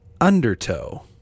undertow